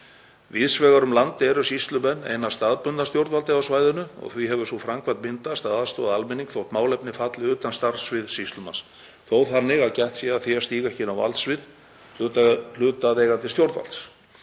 Víðs vegar um land eru sýslumenn eina staðbundna stjórnvaldið á svæðinu og því hefur sú framkvæmd myndast að aðstoða almenning þótt málefnið falli utan starfssviðs sýslumanns, þó þannig að gætt sé að því að stíga ekki inn á valdsvið hlutaðeigandi stjórnvalds.